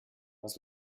was